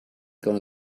gonna